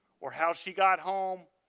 or how she got home,